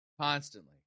Constantly